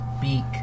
Beak